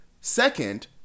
Second